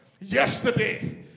yesterday